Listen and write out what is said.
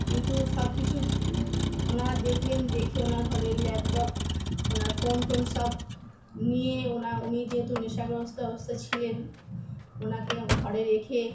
কিন্তু সবকিছু ওনারা দেখলেন দেখে ওনার ঘরে ল্যাপটপ ওনার ফোন টোন সব নিয়ে ওনা উনি যেহেতু নেশাগ্রস্ত অবস্থায় ছিলেন ওনাকে ঘরে রেখে